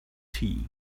tea